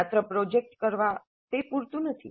માત્ર પ્રોજેક્ટ કરવા તે પૂરતું નથી